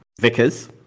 Vickers